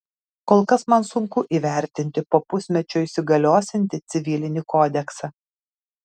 kol kas man sunku įvertinti po pusmečio įsigaliosiantį civilinį kodeksą